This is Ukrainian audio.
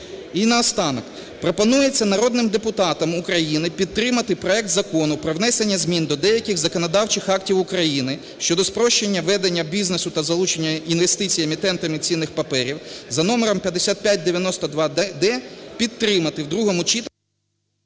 І наостанок. Пропонується народним депутатам України підтримати проект Закону про внесення змін до деяких законодавчих актів України (щодо спрощення ведення бізнесу та залучення інвестицій емітентами цінних паперів) за номером 5592-д підтримати в другому читанні…